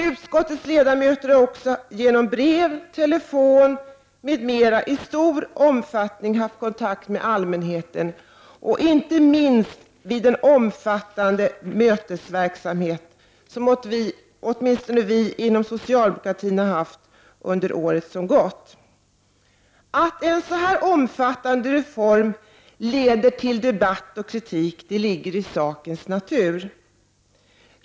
Utskottets ledamöter har också genom brev, telefonsamtal m.m. i stor omfattning haft kontakter med allmänheten, och inte minst genom den omfattande mötesverksamhet som åtminstone vi inom socialdemokratin har haft under året som gått. Att en så här omfattande reform leder till debatt och kritik ligger i sakens natur.